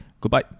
goodbye